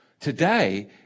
today